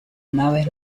naves